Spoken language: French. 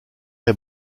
est